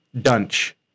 Dunch